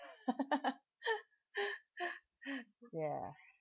ya